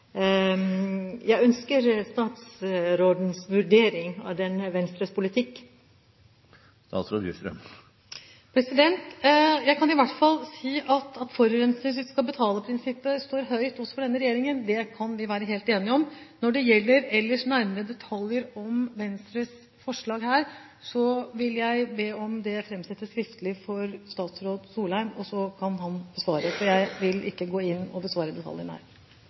Jeg ønsker statsrådens vurdering av denne Venstre-politikken. Jeg kan i hvert fall si at forurenser-skal-betale-prinsippet står høyt også hos denne regjeringen. Det kan vi være helt enige om. Ellers, når det gjelder nærmere detaljer om Venstres forslag her, vil jeg be om at det fremsettes skriftlig for statsråd Solheim, og så kan han besvare det. Jeg vil ikke gå inn og besvare detaljene her.